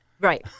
Right